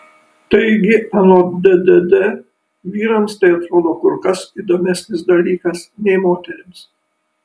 taigi anot ddd vyrams tai atrodo kur kas įdomesnis dalykas nei moterims